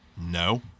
No